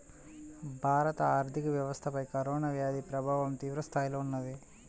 భారత ఆర్థిక వ్యవస్థపైన కరోనా వ్యాధి ప్రభావం తీవ్రస్థాయిలో ఉన్నది